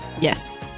Yes